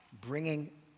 Bringing